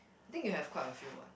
think you have quite a few what